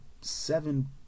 seven